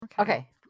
Okay